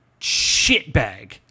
shitbag